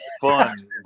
fun